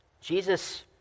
Jesus